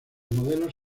modelos